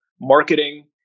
marketing